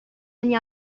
ogni